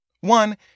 One